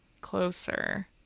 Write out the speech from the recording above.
closer